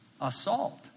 assault